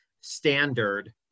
standard